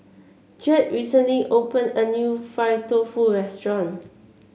Jett recently opened a new Fried Tofu restaurant